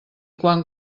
quan